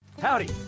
Howdy